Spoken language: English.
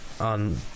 on